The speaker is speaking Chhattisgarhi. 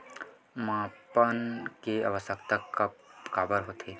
मापन के आवश्कता काबर होथे?